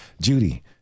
Judy